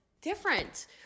different